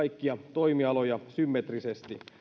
toimialoja symmetrisesti